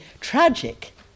tragic